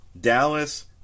Dallas